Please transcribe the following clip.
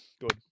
Good